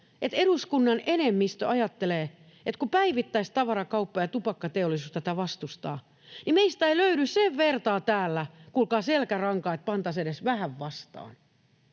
eduskunnan enemmistö ajattelee, että kun päivittäistavarakauppa ja tupakkateollisuus tätä vastustavat, niin meistä ei löydy sen vertaa täällä kuulkaa selkärankaa, että pantaisiin edes vähän vastaan.